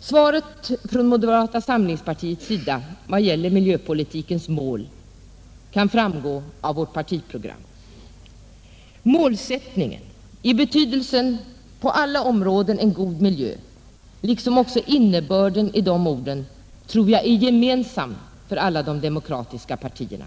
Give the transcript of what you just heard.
Svaret från moderata samlingspartiet i vad gäller miljöpolitikens mål kan framgå genom ett studium av vårt partiprogram. Målsättningen i betydelsen en god miljö på alla områden, liksom också innebörden i de orden, tror jag är gemensam för alla de demokratiska partierna.